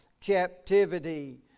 captivity